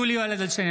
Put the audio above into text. (קורא בשמות חברי הכנסת) יולי יואל אדלשטיין,